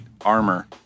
armor